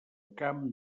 camp